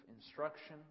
instruction